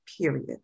period